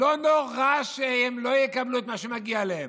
לא נורא שהם לא יקבלו את מה שמגיע להם.